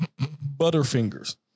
Butterfingers